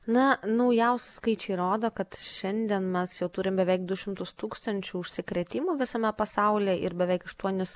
na naujausi skaičiai rodo kad šiandien mes jau turim beveik du šimtus tūkstančių užsikrėtimų visame pasauly ir beveik aštuonis